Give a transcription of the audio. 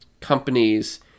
companies